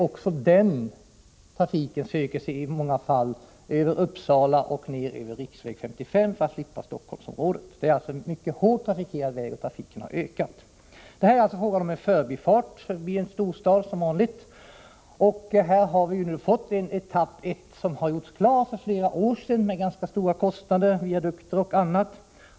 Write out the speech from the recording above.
Också den trafiken söker sig i många fall över Uppsala och ner över riksväg 55 för att slippa Stockholmsområdet. Det är alltså en mycket hårt trafikerad väg, och trafiken har ökat. Det är fråga om en förbifart — förbi en storstad, som vanligt. Här har vi nu fått etapp 1, som gjorts klar för flera år sedan med ganska stora kostnader för viadukter och annat.